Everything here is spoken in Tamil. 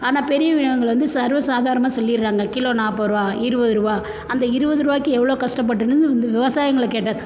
ஆனால் பெரிய வளாகங்கள் வந்து சர்வ சாதாரணமாக சொல்லிடுறாங்க கிலோ நாற்பதுரூவா இருபதுரூவா அந்த இருபதுரூவாய்க்கி எவ்வளோ கஷ்டப்பட்டோம்னு இந்த விவசாயிங்களை கேட்டால்தான்